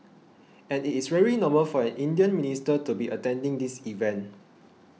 and it's very normal for an Indian minister to be attending this event